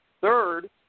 third